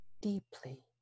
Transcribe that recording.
deeply